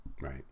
Right